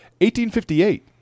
1858